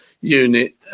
unit